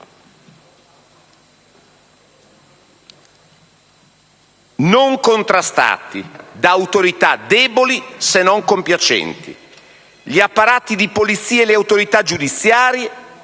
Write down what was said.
non contrastati da autorità deboli, se non compiacenti. Gli apparati di polizia, le autorità giudiziarie